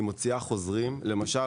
למשל,